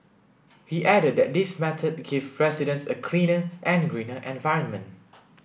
he added that this method give residents a cleaner and greener environment